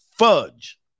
fudge